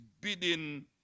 bidding